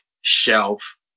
shelf